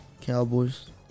Cowboys